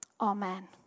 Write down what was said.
Amen